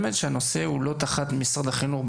באמת שהנושא הוא לא תחת משרד החינוך,